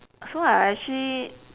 so I actually